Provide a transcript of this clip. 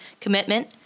commitment